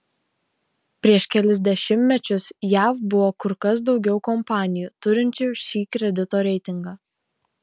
prieš kelis dešimtmečius jav buvo kur kas daugiau kompanijų turinčių šį kredito reitingą